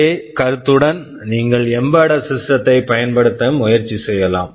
அதே கருத்துடன் நீங்கள் எம்பெட்டட் சிஸ்டம் embedded system த்தை பயன்படுத்த முயற்சி செய்யலாம்